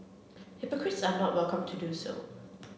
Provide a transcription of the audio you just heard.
hypocrites are not welcome to do so